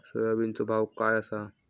सोयाबीनचो भाव काय आसा?